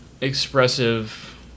expressive